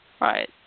Right